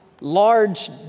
large